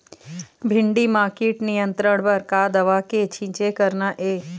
भिंडी म कीट नियंत्रण बर का दवा के छींचे करना ये?